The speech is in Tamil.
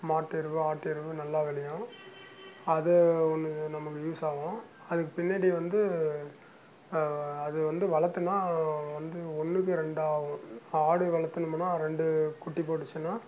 மாட்டு எருவு ஆட்டு எருவு நல்லா விளையும் அது ஒன்னு நமக்கு யூஸ்ஸாவும் அதுக்கு பின்னாடி வந்து அது வந்து வளர்த்தன்னா வந்து ஒன்றுக்கு ரெண்டாவும் ஆடு வளர்த்தணுமுன்னா ரெண்டுக் குட்டி போட்டுச்சுன்னா